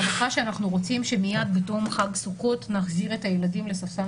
בהנחה שאנחנו רוצים שמיד בתום חג סוכות נחזיר את הילדים לספסל